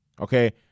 Okay